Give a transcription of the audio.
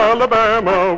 Alabama